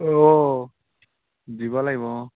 অঁ দিব লাগিব অঁ